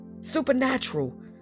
Supernatural